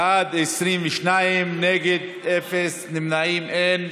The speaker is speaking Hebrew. בעד, 22, נגד, אפס, נמנעים, אין.